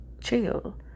chill